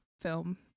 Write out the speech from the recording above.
film